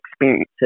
experiences